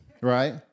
right